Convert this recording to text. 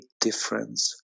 difference